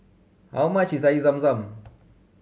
how much is Air Zam Zam